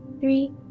three